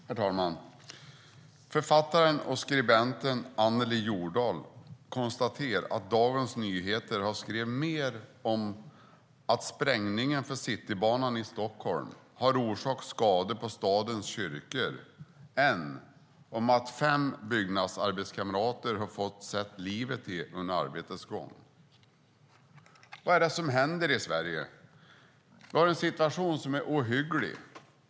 Herr talman! Författaren och skribenten Anneli Jordahl konstaterar att Dagens Nyheter har skrivit mer om att sprängningen för Citybanan i Stockholm har orsakat skador på stadens kyrkor än om att fem byggnadsarbetskamrater har fått sätta livet till under arbetets gång. Vad är det som händer i Sverige? Vi har en situation som är ohygglig.